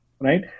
right